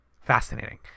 fascinating